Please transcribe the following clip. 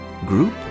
group